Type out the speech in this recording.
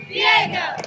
Diego